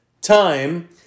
time